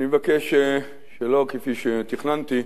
אני מבקש, שלא כפי שתכננתי,